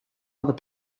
other